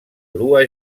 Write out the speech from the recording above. grua